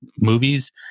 movies